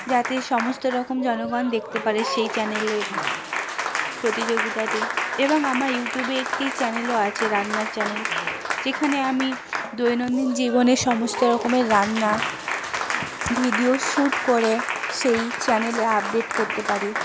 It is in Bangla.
যাতে সমস্ত রকম জনগণ দেখতে পারে সেই চ্যানেলের প্রতিযোগিতাটি এবং আমার ইউটিউবে একটি চ্যানেলও আছে রান্নার চ্যানেল যেখানে আমি দৈনন্দিন জীবনের সমস্ত রকমের রান্না ভিডিও শ্যুট করে সেই চ্যানেলে আপডেট করতে পারি